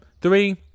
Three